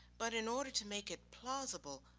but in order to make it plausible,